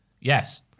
Yes